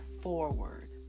forward